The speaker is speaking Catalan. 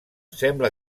sembla